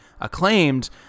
acclaimed